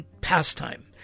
pastime